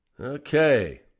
okay